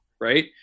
right